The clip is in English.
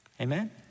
Amen